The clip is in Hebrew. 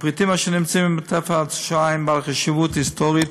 הפריטים אשר נמצאים ב"מרתף השואה" הם בעלי חשיבות היסטורית,